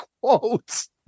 quotes